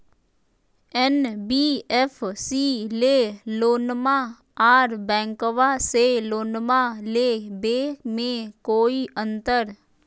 NBFC से लोनमा आर बैंकबा से लोनमा ले बे में कोइ अंतर?